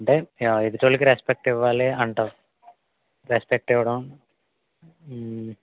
అంటే ఎ ఎదుటోళ్ళకి రెస్పెక్ట్ ఇవ్వాలి అంటావు రెస్పెక్ట్ ఇవ్వడం